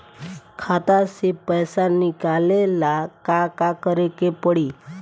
खाता से पैसा निकाले ला का का करे के पड़ी?